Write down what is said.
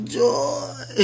joy